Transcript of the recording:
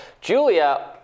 Julia